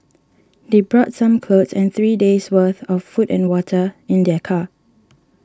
they brought some clothes and three days' worth of food and water in their car